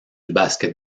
basket